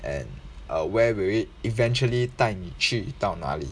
and uh where will it eventually 带你去到哪里